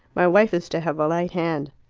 my wife is to have a light hand.